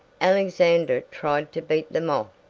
alexander tried to beat them off,